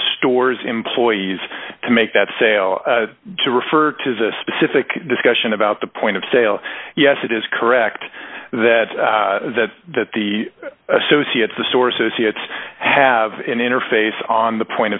stores employees to make that sale to refer to the specific discussion about the point of sale yes it is correct that the that the associates the sources see it's have an interface on the point